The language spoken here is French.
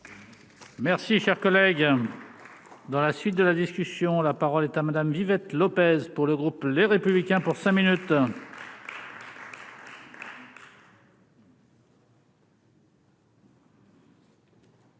Merci, cher collègue. Dans la suite de la discussion, la parole est à madame Vivet Lopez pour le groupe Les Républicains pour 5 minutes.